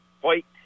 white